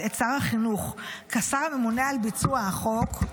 את שר החינוך כשר הממונה על ביצוע החוק,